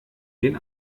den